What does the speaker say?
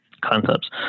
concepts